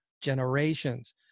generations